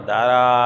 Dara